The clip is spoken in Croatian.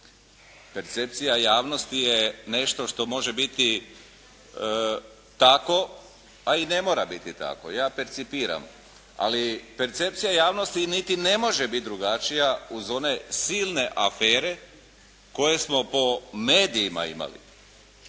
Percepcija javnosti je nešto što može biti tako, a i ne mora biti tako. Ja percipiram. Ali, percepcija javnosti niti ne može biti drugačije uz one silne afere koje smo po medijima imali.